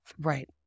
Right